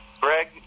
Greg